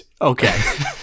Okay